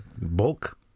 Bulk